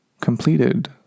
completed